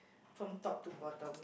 from top to bottom